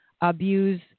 abuse